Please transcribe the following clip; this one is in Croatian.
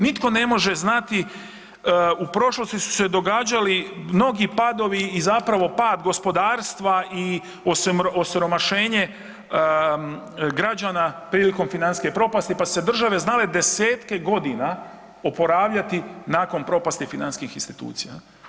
Nitko ne može znati, u prošlosti su se događali mnogi padovi i zapravo pad gospodarstva i osiromašenje građana prilikom financijske propasti, pa su se države znale 10-tke godina oporavljati nakon propasti financijskih institucija.